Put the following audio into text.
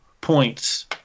points